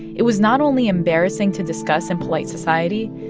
it was not only embarrassing to discuss in polite society,